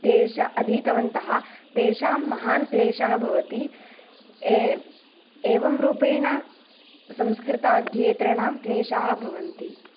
तेष अधीतवन्तः तेषां महान् क्लेशः भवति ए एवं रूपेण संस्कृताध्येतॄणां क्लेशाः भवन्ति